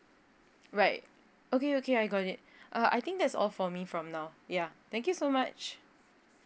right okay okay I got it uh I think that's all for me from now yeah thank you so much